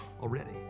already